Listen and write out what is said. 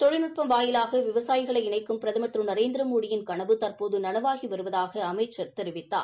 தொழில்நுட்பம் வாயிலாக விசாயிகளை இணைக்கும் பிரதம் திரு நரேந்திரமோடியின் கனவு தற்போது நனவாகி வருவதாக அமைச்சர் தெரிவித்தார்